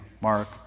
Mark